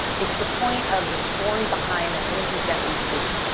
it's the point of the story behind the images that we see,